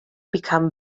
become